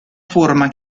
forma